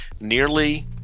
nearly